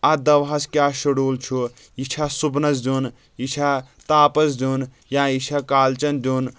اتھ دوہس کیٛاہ شیٚڈوٗل چھُ یہِ چھا صبحنس دیُن یہِ چھا تاپس دیُن یا یہِ چھا کالچٮ۪ن دیُن